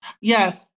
Yes